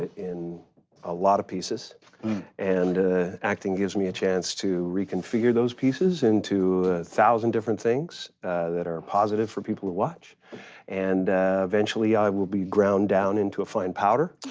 in a lot of pieces and acting gives me a chance to reconfigure those pieces into one thousand different things that are positive for people to watch and eventually i will be ground down into a fine powder